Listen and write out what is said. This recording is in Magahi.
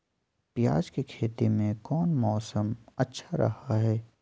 प्याज के खेती में कौन मौसम अच्छा रहा हय?